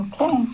Okay